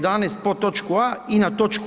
11. podtoč. a i na toč.